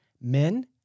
men